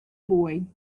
boy